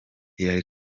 hillary